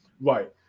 right